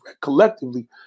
collectively